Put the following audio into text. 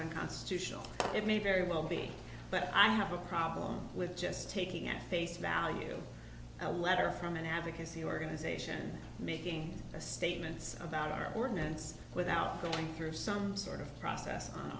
unconstitutional it may very well be but i have a problem with just taking at face value a letter from an advocacy organization making statements about our ordinance without going through some sort of process on